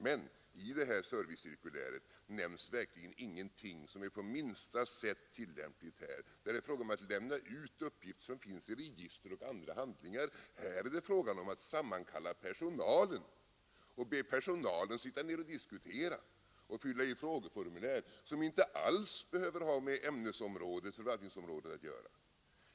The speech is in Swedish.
Men i servicecirkuläret nämns verkligen ingenting som är på minsta sätt tillämpligt i detta fall. Där talas det om att lämna ut uppgifter från register och handlingar, medan det i detta fall är fråga om att sammankalla personalen för att diskutera och fylla i frågeformulär som inte alls behöver ha med förvaltningsområdet att göra.